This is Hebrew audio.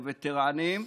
בווטרנים,